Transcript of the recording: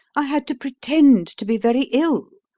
i had to pretend to be very ill,